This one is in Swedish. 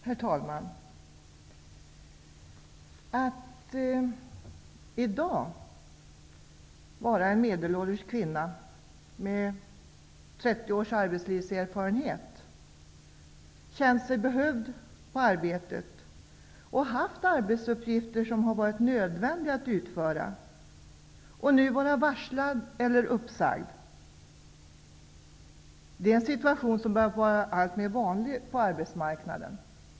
Herr talman! Att i dag vara en medelålders kvinna med 30 års arbetslivserfarenhet, att vara en kvinna som har känt sig behövd på arbetet och som har haft nödvändiga arbetsuppgifter, men som nu är varslad eller uppsagd, är en alltmer vanlig situation på arbetsmarknaden.